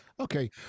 Okay